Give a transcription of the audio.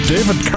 David